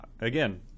Again